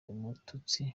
umututsi